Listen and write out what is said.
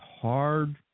hard